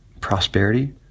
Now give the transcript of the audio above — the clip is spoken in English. prosperity